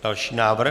Další návrh.